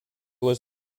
was